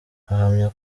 ahamya